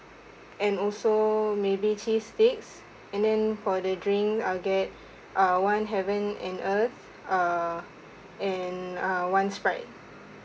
and also maybe cheese sticks and then for the drink I'll get uh one Heaven and Earth err and uh one Sprite